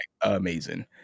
Amazing